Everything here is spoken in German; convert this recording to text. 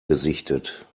gesichtet